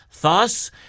thus